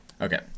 Okay